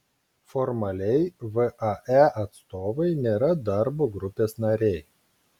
formaliai vae atstovai nėra darbo grupės nariai